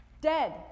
Dead